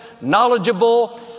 knowledgeable